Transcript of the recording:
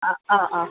ആ ആ ആ